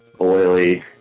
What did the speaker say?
oily